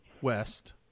west